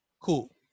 Cool